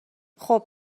خوب